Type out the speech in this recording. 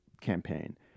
campaign